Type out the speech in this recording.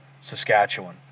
Saskatchewan